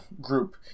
group